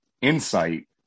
insight